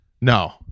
No